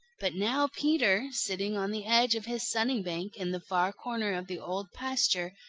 but now peter, sitting on the edge of his sunning-bank in the far corner of the old pasture,